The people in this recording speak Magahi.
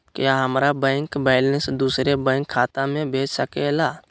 क्या हमारा बैंक बैलेंस दूसरे बैंक खाता में भेज सके ला?